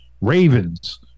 Ravens